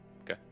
Okay